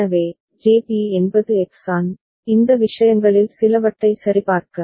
எனவே JB என்பது X An இந்த விஷயங்களில் சிலவற்றை சரிபார்க்க